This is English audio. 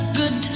good